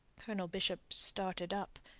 colonel bishop started up.